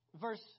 verse